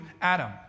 Adam